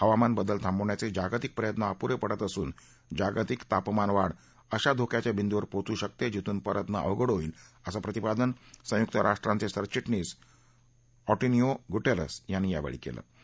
हवामान बदल थांबवण्याच जिागतिक प्रयत्न अपुरपिंडत असून जागतिक तापमानवाढ अशा धोक्याच्या बिंदूवर पोहोचू शकत जिथून परतणं अवघड होईल असं प्रतिपादन संयुक्त राष्ट्रांच सिरचिटणीस एष्टिनिओ गुटक्स यांनी यावर्छी कल्ति